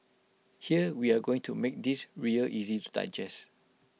here we are going to make this real easy to digest